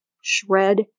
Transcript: shred